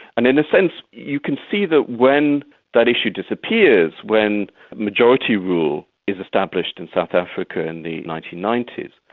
and in a sense you can see that when that issue disappears, when majority rule is established in south africa in the nineteen ninety s,